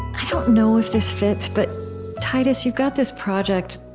i don't know if this fits, but titus, you've got this project,